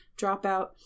Dropout